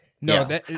No